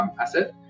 asset